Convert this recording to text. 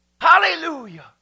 Hallelujah